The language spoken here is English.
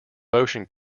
motion